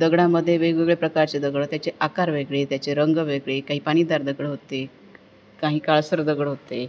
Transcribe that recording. दगडामध्ये वेगवेगळ्या प्रकारचे दगड त्याचे आकार वेगळे त्याचे रंग वेगळे काही पाणीदार दगडं होते काही काळसर दगड होते